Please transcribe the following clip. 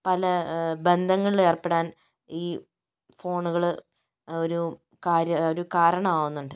പല ബന്ധങ്ങളിൽ ഏർപ്പെടാൻ ഈ ഫോണുകള് ഒരു കാര്യ കാരണം ആകുന്നുണ്ട്